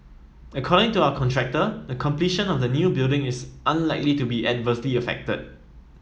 according to our contractor the completion of the new building is unlikely to be adversely affected